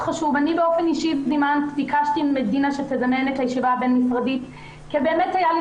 באופן אישי ביקשתי מדינה שתזמן את הוועדה הבין משרדית כי באמת היה לי